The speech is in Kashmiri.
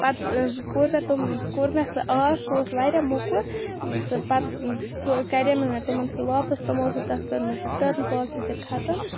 پَتہٕ کوٚر مےٚ تِم کوٚر مےٚ سُہ آس سُہ اوس واریاہ موٚکُر تہٕ پَتہٕ سُہ کَرے مےٚ تِمَن سُہ واپَس تِمو اوسکھ تتھ کٔرمٕژ رِٹٲرٕن پالسی تہِ ختم